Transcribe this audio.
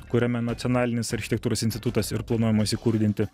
kuriame nacionalinis architektūros institutas ir planuojamas įkurdinti